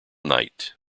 night